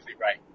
right